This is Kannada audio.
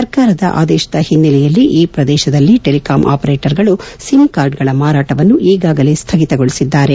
ಸರ್ಕಾರದ ಆದೇಶದ ಹಿನ್ನೆಲೆಯಲ್ಲಿ ಈ ಪ್ರದೇಶದಲ್ಲಿ ಟೆಲಿಕಾಂ ಆಪರೇಟರ್ಗಳು ಸಿಮ್ ಕಾರ್ಡ್ಗಳ ಮಾರಾಟವನ್ನು ಈಗಾಗಲೇ ಸ್ಲಗಿತಗೊಳಿಸಿದ್ದಾರೆ